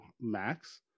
Max